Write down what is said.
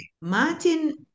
Martin